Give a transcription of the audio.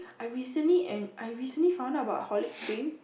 I recently and I recently found out about horlicks peng